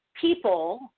people